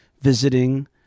visiting